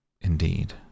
Indeed